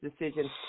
decision